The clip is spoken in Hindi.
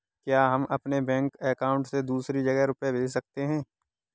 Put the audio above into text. क्या हम अपने बैंक अकाउंट से दूसरी जगह रुपये भेज सकते हैं?